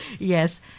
yes